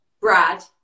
Brad